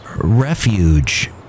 refuge